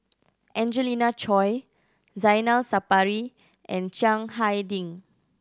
Angelina Choy Zainal Sapari and Chiang Hai Ding